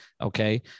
Okay